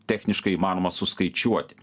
techniškai įmanoma suskaičiuoti